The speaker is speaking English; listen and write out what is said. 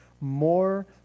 more